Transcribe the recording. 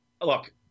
Look